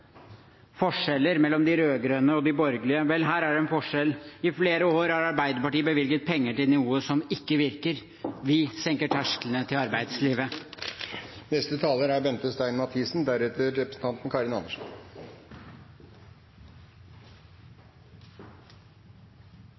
forskjeller mellom de rød-grønne og de borgerlige. Her er en forskjell: I flere år har Arbeiderpartiet bevilget penger til noe som ikke virker. Vi senker terskelen til arbeidslivet. Jeg tok også ordet fordi jeg reagerte på representanten Karin